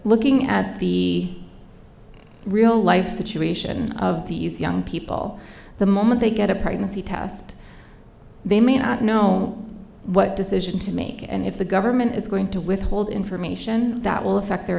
looking at the real life situation of these young people the moment they get a pregnancy test they may not know what decision to make and if the government is going to withhold information that will affect their